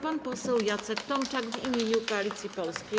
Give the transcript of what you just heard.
Pan poseł Jacek Tomczak w imieniu Koalicji Polskiej.